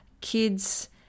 Kids